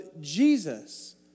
Jesus